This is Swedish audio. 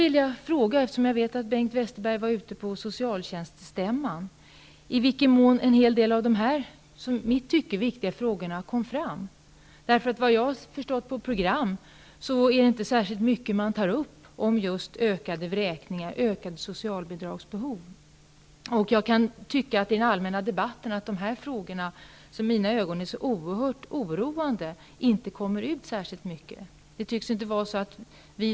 Eftersom jag vet att Bengt Westerberg besökte socialtjänststämman skulle jag vilja fråga i vilken mån de här i mitt tycke viktiga frågorna kom fram. Såvitt jag har förstått av programmet tog man inte upp särskilt mycket om just det ökade antalet vräkningar och ökat socialbidragsbehov. Jag tycker att dessa frågor, som i mitt tycke är så oerhört oroande, inte kommer fram särskilt mycket i den allmänna debatten.